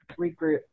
regroup